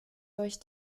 durch